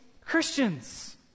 Christians